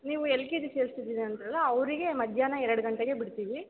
ನೀವು L K G ಸೇರ್ಸ್ತಿದ್ದೀರಿ ಅಂದ್ರಲ್ಲಾ ಅವರಿಗೆ ಮಧ್ಯಾಹ್ನ ಎರಡು ಗಂಟೆಗೆ ಬಿಡ್ತೀವಿ